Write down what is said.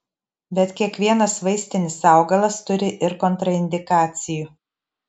bet kiekvienas vaistinis augalas turi ir kontraindikacijų